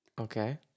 Okay